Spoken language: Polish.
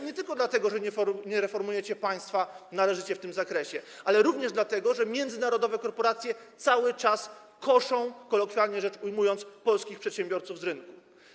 Nie tylko dlatego, że nie reformujecie należycie państwa w tym zakresie, ale również dlatego, że międzynarodowe korporacje cały czas koszą, kolokwialnie rzecz ujmując, polskich przedsiębiorców z rynku.